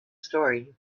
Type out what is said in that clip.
story